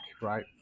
right